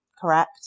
Correct